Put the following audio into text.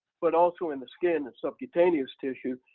but also in the skin and subcutaneous tissue,